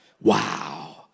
wow